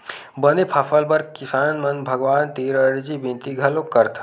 बने फसल बर किसान मन भगवान तीर अरजी बिनती घलोक करथन